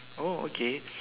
oh okay